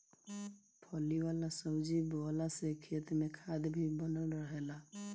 फली वाला सब्जी बोअला से खेत में खाद भी बनल रहेला